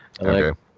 Okay